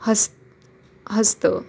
हस् हस्त